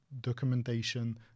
documentation